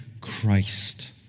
Christ